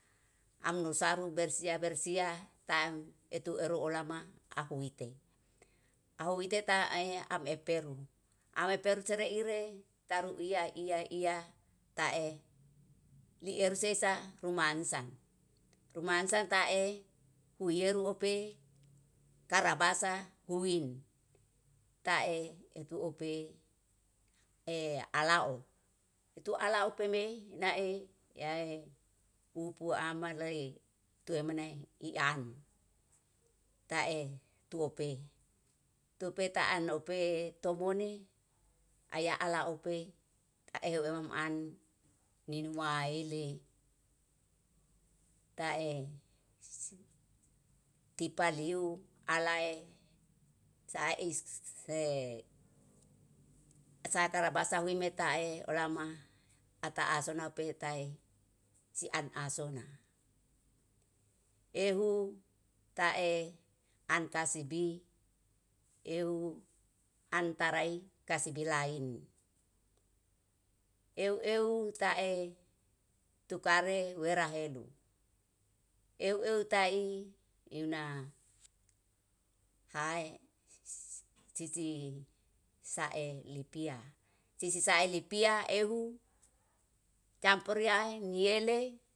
Amnusaru bersia-bersia taem etu eru olama ahuite, ahuite tae am eperu am eperu sereire taruia iya iya iya tae liersesa rumansa rumansa tae uheru ope karabasa huin tae etuope e alao. Tu alaope me nae yae upu ama lei tue meneh ian, tae tuope tupe ta anupe tomone aya ala ope taehu ema man minuaile tae tipaliu alae saise. Sakarabasa hue metae olama ata ahsona pe tae sian ahsona ehu tae an kasibi ehu antarai kasibi lain. Euw euw tae tukare werahedu euw euw tai euwna hae sisi sae ipia, sisi sae lipia ehu campuriae ngele.